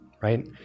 right